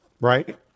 Right